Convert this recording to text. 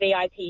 vip